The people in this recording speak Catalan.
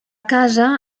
casa